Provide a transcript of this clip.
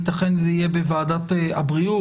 יתכן ויהיה בוועדת הבריאות.